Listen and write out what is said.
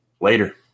Later